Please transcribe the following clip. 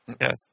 Yes